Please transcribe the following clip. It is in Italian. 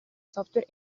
software